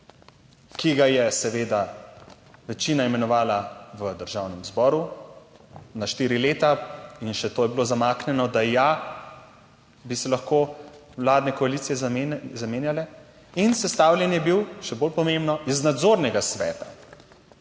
ki ga je seveda večina imenovala v Državnem zboru na štiri leta, in še to je bilo zamaknjeno, da ja bi se lahko vladne koalicije zamenjale, in sestavljen je bil - še bolj pomembno - iz nadzornega sveta,